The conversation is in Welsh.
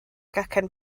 gacen